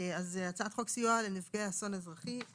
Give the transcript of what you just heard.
הצעת חוק סיוע לנפגעי אסון אזרחי,